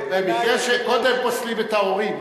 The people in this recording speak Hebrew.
במקרה שקודם פוסלים את ההורים,